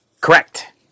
Correct